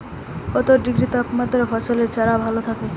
কত ডিগ্রি তাপমাত্রায় ফসলের চারা ভালো থাকে?